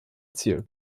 ziel